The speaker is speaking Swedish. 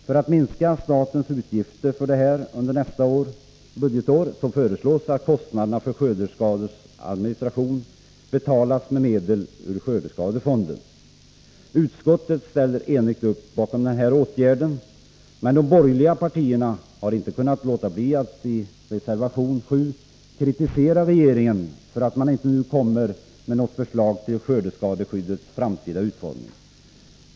För att minska statens utgifter för detta under nästa budgetår föreslås att kostnaderna för skördeskadors administration betalas med medel ur skördeskadefonden. Utskottet ställer sig enigt bakom den här åtgärden. Men de borgerliga partierna har inte kunnat låta bli att i reservation 7 kritisera regeringen för att den inte nu kommer med något förslag till skördeskadeskyddets framtida utformning.